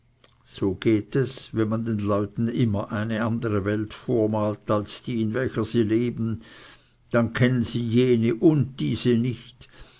so geht es wenn man den leuten immer eine andere welt vormalt als die in welcher sie leben dann kennen sie jene und diese nicht